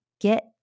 get